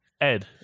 Ed